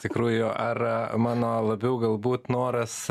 tikrųjų ar mano labiau galbūt noras